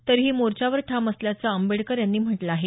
तरीही मोर्चावर ठाम असल्याचं आंबेडकर यांनी म्हटलं आहे